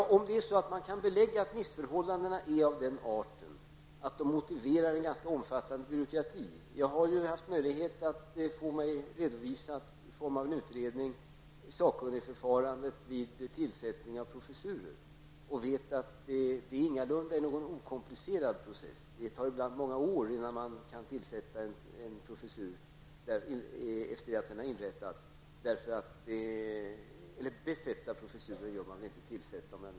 Fru talman! Ja, om det finns belägg för att missförhållandena är av sådan art att de motiverar en ganska omfattande byråkrati. Jag har haft möjlighet att ta del av en utredning om sakkunnigförfarandet vid tillsättning av professurer, så jag vet att det ingalunda är någon okomplicerad process. Det tar ibland många år innan en professur som har inrättats kan tillsättas.